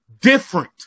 different